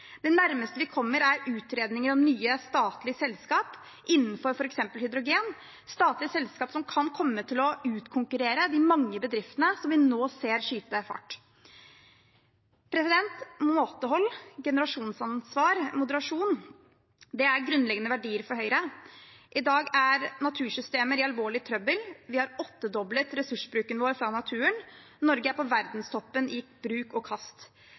Det nærmeste vi kommer, er utredning av nye, statlige selskap innenfor f.eks. hydrogen, statlige selskap som kan komme til å utkonkurrere de mange bedriftene som vi nå ser skyte fart. Måtehold, generasjonsansvar og moderasjon er grunnleggende verdier for Høyre. I dag er natursystemer i alvorlig trøbbel. Vi har åttedoblet ressursbruken vår fra naturen, og Norge er på verdenstoppen i bruk og kast.